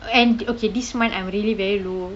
and okay this month I'm really very low